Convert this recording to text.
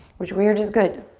which weird is good.